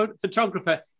photographer